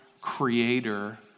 creator